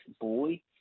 Boy